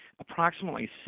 approximately